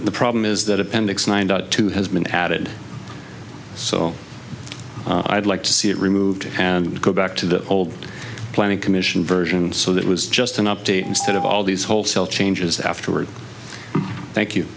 the problem is that appendix nine datu has been added so i'd like to see it removed and go back to the old planning commission version so that was just an update instead of all these wholesale changes afterward thank you